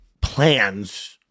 plans